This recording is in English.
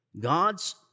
God's